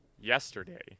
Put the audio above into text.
yesterday